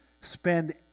spend